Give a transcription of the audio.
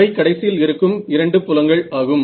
அவை கடைசியில் இருக்கும் இரண்டு புலங்கள் ஆகும்